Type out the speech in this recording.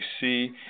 see